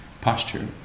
posture